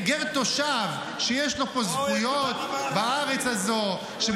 גר תושב שיש לו פה זכויות בארץ הזאת -- תודה רבה לך.